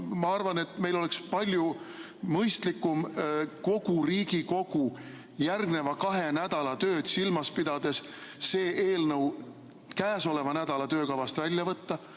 ma arvan, et meil oleks palju mõistlikum kogu Riigikogu järgmise kahe nädala tööd silmas pidades see eelnõu käesoleva nädala töökavast välja võtta